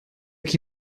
qui